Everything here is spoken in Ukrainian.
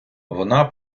вона